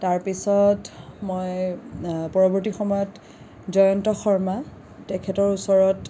তাৰপিছত মই পৰৱৰ্তী সময়ত জয়ন্ত শৰ্মা তেখেতৰ ওচৰত